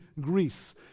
Greece